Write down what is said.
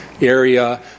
area